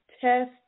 Test